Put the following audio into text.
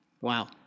Wow